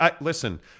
listen